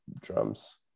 drums